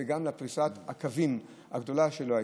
וגם לפריסת הקווים הגדולה שלא הייתה.